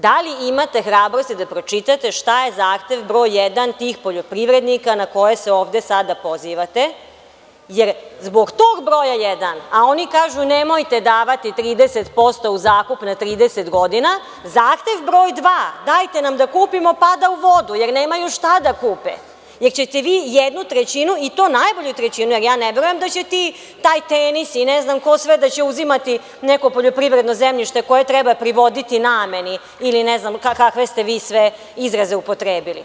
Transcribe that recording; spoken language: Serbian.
Da li imate hrabrosti da pročitate šta je zahtev broj jedan tih poljoprivrednika na koje se ovde sada pozivate jer zbog tog broja jedan, a oni kažu nemojte davati 30% u zakup na 30 godina, zahtev broj dva – dajte nam da kupimo pada u vodu jer nemaju šta da kupe, jer ćete vi jednu trećinu i to najbolju trećinu, ne verujem da ćete vi taj „Tenis“ i ne znam ko sve da će uzimati neko poljoprivredno zemljište koje treba privoditi nameni ili ne znam kakve ste vi sve izraze upotrebili.